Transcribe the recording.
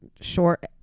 short